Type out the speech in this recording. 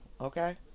okay